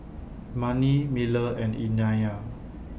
Manie Miller and